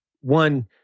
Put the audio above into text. one